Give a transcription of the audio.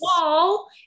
wall